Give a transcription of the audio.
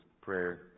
Prayer